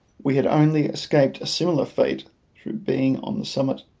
we had only escaped a similar fate through being on the summit,